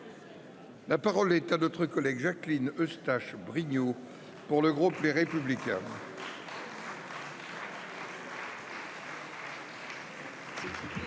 La parole est à Mme Jacqueline Eustache Brinio, pour le groupe Les Républicains.